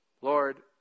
Lord